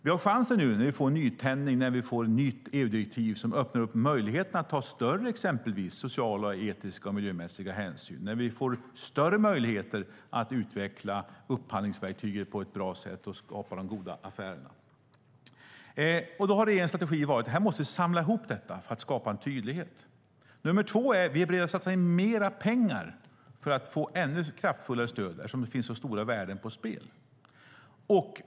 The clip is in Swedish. Nu har vi chans till nytändning genom det nya EU-direktivet som öppnar för möjligheten att ta större exempelvis sociala, etiska och miljömässiga hänsyn. Vi får större möjlighet att utveckla upphandlingsverktyget på ett bra sätt och skapa de goda affärerna. Regeringens strategi har varit att samla ihop detta för att skapa tydlighet. Vi är vidare beredda att satsa mer pengar för att få ännu kraftfullare stöd eftersom så stora värden står på spel.